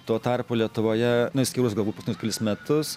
tuo tarpu lietuvoje nu išskyrus galbūt paskutinius kelis metus